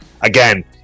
Again